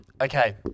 Okay